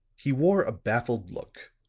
he wore a baffled look,